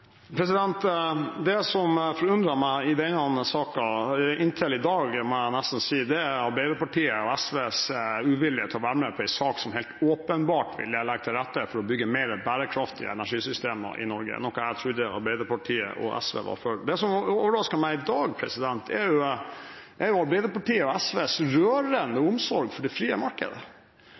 Det som forundrer meg i denne saken – inntil i dag, må jeg nesten si – er Arbeiderpartiet og SVs uvilje mot å være med på en sak som helt åpenbart vil legge til rette for å bygge mer bærekraftige energisystemer i Norge, noe jeg trodde Arbeiderpartiet og SV var for. Det som har overrasket meg i dag, er Arbeiderpartiet og SVs rørende omsorg for det frie markedet.